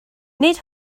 nid